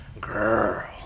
Girl